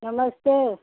नमस्ते